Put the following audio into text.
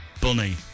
Bunny